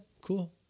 cool